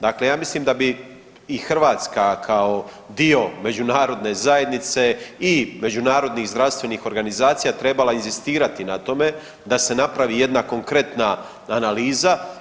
Dakle, ja mislim da bi i Hrvatska kao dio međunarodne zajednice i međunarodnih zdravstvenih organizacija trebala inzistirati na tome da se napravi jedna konkretna analiza.